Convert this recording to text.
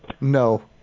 No